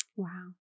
Wow